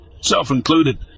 self-included